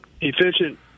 efficient